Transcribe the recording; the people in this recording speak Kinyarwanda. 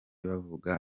bavuga